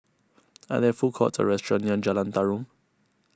are there food courts or restaurants near Jalan Tarum